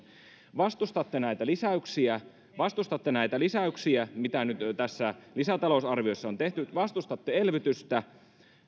vastustatte näitä lisäyksiä vastustatte näitä lisäyksiä mitä nyt tässä lisätalousarviossa on tehty vastustatte elvytystä